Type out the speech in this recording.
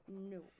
No